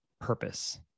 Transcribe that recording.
purpose